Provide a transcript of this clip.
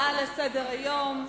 הבא בסדר-היום: